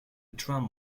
drum